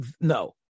no